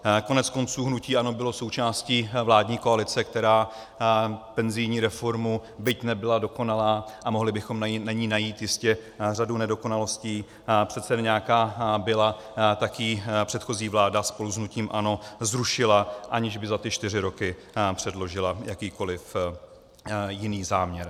Konec konců hnutí ANO bylo součástí vládní koalice, která penzijní reformu, byť nebyla dokonalá a mohli bychom na ní najít jistě řadu nedokonalostí, přece nějaká byla, tak ji předchozí vláda spolu s hnutím ANO zrušila, aniž by za ty čtyři roky předložila jakýkoliv jiný záměr.